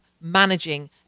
managing